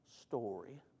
story